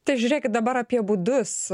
tai žiūrėkit dabar apie būdus